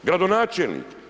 Gradonačelnik.